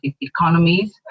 economies